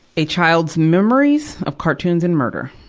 a child's memories of cartoons and murder.